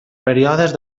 períodes